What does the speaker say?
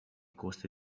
costi